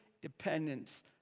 dependence